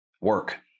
work